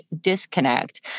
disconnect